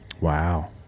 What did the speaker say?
Wow